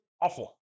awful